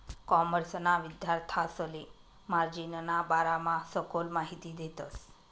कॉमर्सना विद्यार्थांसले मार्जिनना बारामा सखोल माहिती देतस